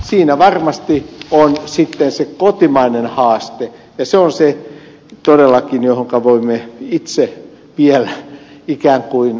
siinä varmasti on sitten se kotimainen haaste ja se on todellakin se johonka voimme itse vielä ikään kuin